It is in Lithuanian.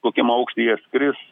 kokiam aukštyje skris